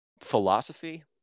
Philosophy